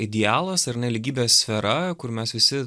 idealas ar ne lygybės sfera kur mes visi